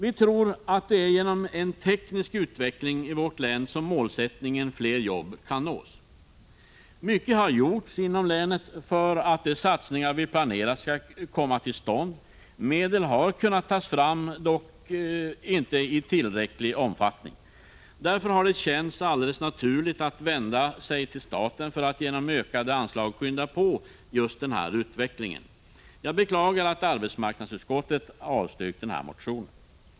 Vi tror att det är genom en teknisk utveckling i vårt län som målsättningen fler jobb kan nås. Mycket har gjorts inom länet för att de satsningar vi planerat skall komma till stånd. Medel har kunnat tas fram, dock inte i tillräcklig omfattning. Därför har det känts alldeles naturligt att vända sig till staten för att genom ökade anslag skynda på utvecklingen. Jag beklagar att arbetsmarknadsutskottet avstyrker motionen.